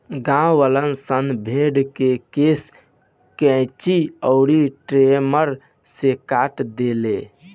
गांववालन सन भेड़ के केश कैची अउर ट्रिमर से काट देले